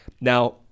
Now